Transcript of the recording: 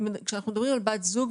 כשאנחנו מדברים על בת זוג,